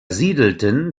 siedelten